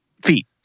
feet